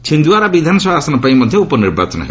ଛିନ୍ଦ୍ୱାରା ବିଧାନସଭା ଆସନ ପାଇଁ ମଧ୍ୟ ଉପନିର୍ବାଚନ ହେବ